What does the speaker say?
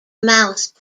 mouse